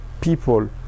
people